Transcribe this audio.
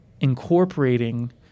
incorporating